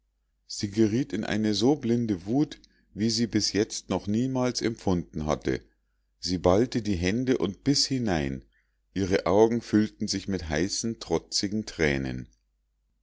sie geriet in eine so blinde wut wie sie bis jetzt noch niemals empfunden hatte sie ballte die hände und biß hinein ihre augen füllten sich mit heißen trotzigen thränen